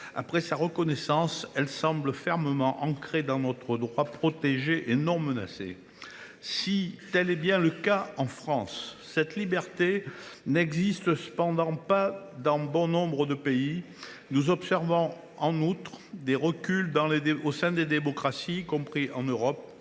après sa reconnaissance, cette liberté semble fermement ancrée dans notre droit, protégée, et non menacée. Cependant, au delà de la France, cette liberté n’existe pas dans bon nombre de pays. Nous observons, en outre, des reculs au sein de démocraties, y compris en Europe.